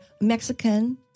Mexican